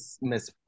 Miss